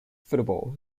football